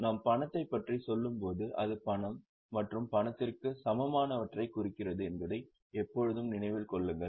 நாம் பணத்தை பற்றி சொல்லும்போது அது பணம் மற்றும் பணத்திற்கு சமமானவற்றைக் குறிக்கிறது என்பதை எப்போதும் நினைவில் கொள்ளுங்கள்